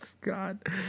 God